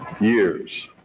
years